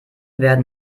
werden